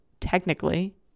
Technically